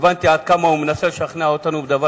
הבנתי עד כמה הוא מנסה לשכנע אותנו בדבר